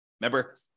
Remember